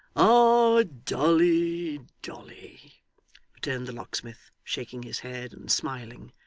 ah dolly, dolly returned the locksmith, shaking his head, and smiling,